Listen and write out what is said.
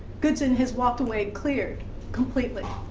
goodson has walked away cleared completely.